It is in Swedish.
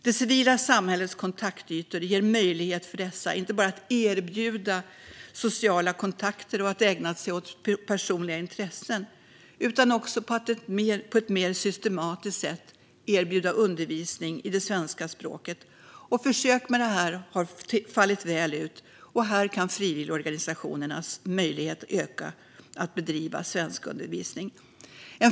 Det civila samhällets kontaktytor ger möjlighet för dessa att inte bara erbjuda sociala kontakter och att ägna sig åt personliga intressen utan att också på ett mer systematiskt sätt erbjuda undervisning i det svenska språket. Försök med detta har fallit väl ut, och här kan frivilligorganisationernas möjlighet att bedriva svenskundervisning öka.